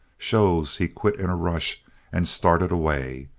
shows he quit in a rush and started away.